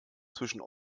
zwischen